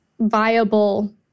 viable